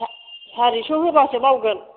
सारिस' होबासो मावगोन